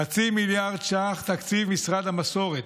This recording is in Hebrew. חצי מיליארד ש"ח, תקציב משרד המסורת,